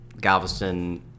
Galveston